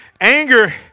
anger